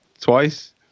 twice